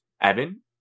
Evan